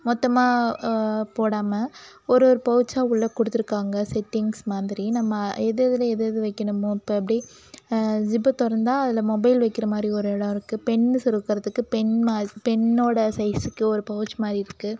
மொத்தமாக போடாமல் ஒரு ஒரு பௌச்சாக உள்ளே கொடுத்துருக்காங்க செட்டிங்ஸ் மாதிரி நம்ம எது எதில் எது எது வைக்கிணுமோ இப்போ அப்படிடே ஜிப்பை திறந்தா அதில் மொபைல் வைக்கிற மாதிரி ஒரு இடம் இருக்குது பென்னு சொருகிறதுக்கு பென் மா பென்னோட சைஸுக்கு ஒரு பௌச் மாதிரி இருக்குது